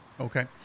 Okay